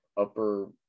upper